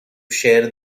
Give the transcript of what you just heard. share